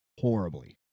horribly